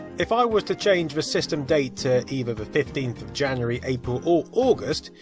if i were to change the system date to either the fifteenth of january, april or august,